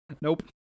nope